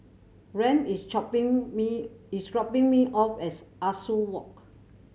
Rand is chopping me is dropping me off as Ah Soo Walk